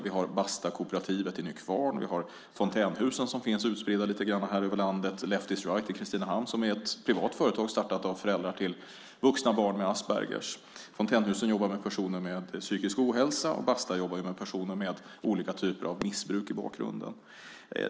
Vi har Bastakooperativet i Nykvarn. Vi har Fontänhusen som finns lite utspridda över landet. Vi har Left is right i Kristinehamn som är ett privat företag startat av föräldrar till vuxna barn med Aspergers syndrom. Fontänhusen jobbar med personer med psykisk ohälsa, och Basta jobbar med personer med olika typer av missbruk i bakgrunden.